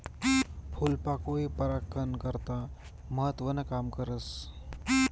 फूलपाकोई परागकन करता महत्वनं काम करस